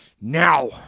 now